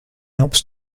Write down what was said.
alps